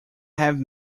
have